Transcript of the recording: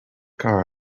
car